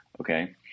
Okay